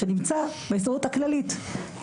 שנמצא בהסתדרות הכללית,